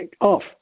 off